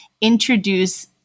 introduce